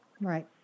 Right